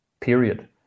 period